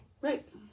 Right